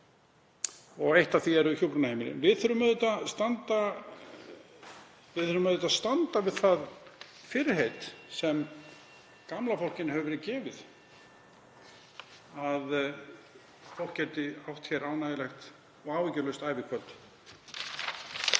Og eitt af því eru hjúkrunarheimilin. Við þurfum auðvitað að standa við það fyrirheit sem gamla fólkinu hefur verið gefið, að fólk geti átt hér ánægjulegt, áhyggjulaust ævikvöld.